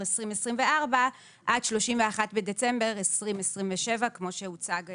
2024 עד 31 בדצמבר 2027 כמו שהוצג בהתחלה.